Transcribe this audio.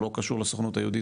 הוא לא קשור לסוכנות היהודית,